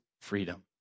freedom